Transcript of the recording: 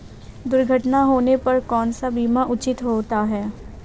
दुर्घटना होने पर कौन सा बीमा उचित होता है?